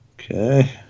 Okay